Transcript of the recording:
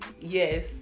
yes